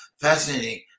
fascinating